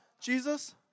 Jesus